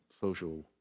social